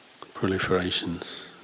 proliferations